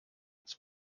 ins